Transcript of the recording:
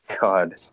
God